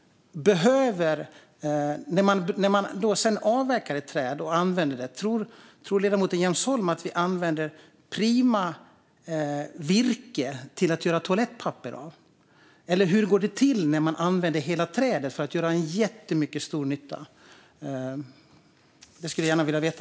När man sedan avverkar ett träd och använder det, tror ledamoten Jens Holm att vi använder prima virke till att göra toalettpapper? Eller hur går det till när man använder hela trädet för att det ska göra jättestor nytta? Det skulle jag gärna vilja veta.